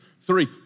Three